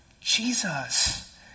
Jesus